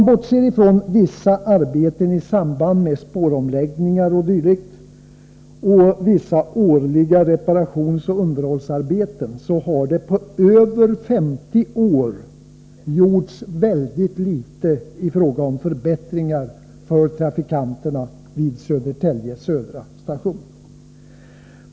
Bortsett från vissa arbeten i samband med spåromläggningar o.d. samt årliga reparationsoch underhållsarbeten har det på över 50 år gjorts väldigt litet i fråga om förbättringar för trafikanterna vid Södertälje Södra station.